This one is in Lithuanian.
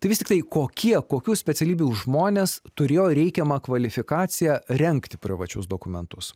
tai vis tiktai kokie kokių specialybių žmonės turėjo reikiamą kvalifikaciją rengti privačius dokumentus